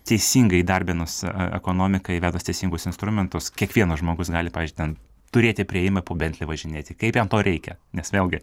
teisingai įdarbinus ekonomiką įvedus teisingus instrumentus kiekvienas žmogus gali pavyzdžiui ten turėti priėjimą po bentlį važinėti kaip jam to reikia nes vėlgi